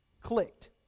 clicked